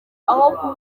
aho